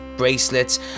bracelets